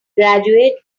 graduate